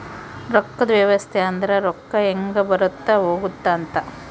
ರೊಕ್ಕದ್ ವ್ಯವಸ್ತೆ ಅಂದ್ರ ರೊಕ್ಕ ಹೆಂಗ ಬರುತ್ತ ಹೋಗುತ್ತ ಅಂತ